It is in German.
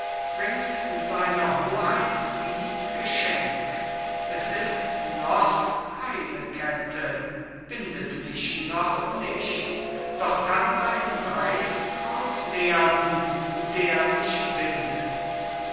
bringt seiner hoheit dies geschenk es ist noch keine kette bindet mich nicht doch kann ein reif draus werden der mich bindet